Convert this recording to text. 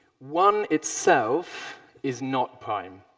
one itself is not prime